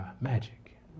magic